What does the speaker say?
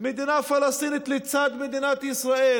מדינה פלסטינית לצד מדינת ישראל,